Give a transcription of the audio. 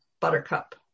buttercup